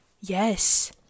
Yes